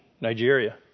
nigeria